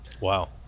Wow